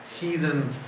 heathen